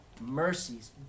mercies